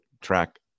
track